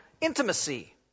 intimacy